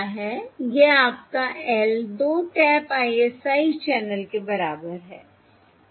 यह आपका L 2 tape ISI channel के बराबर है